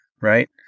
right